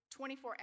24